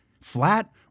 Flat